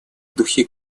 духе